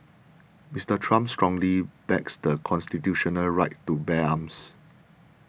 Mister Trump strongly backs the constitutional right to bear arms